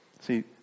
See